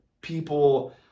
people